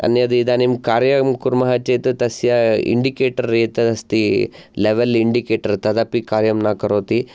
अन्यद् इदानीं कार्यं कुर्मः चेत् तस्य इण्डिकेटर् यत् अस्ति लेवल् इण्डिकेटर् तदपि कार्यं न करोति